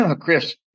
Chris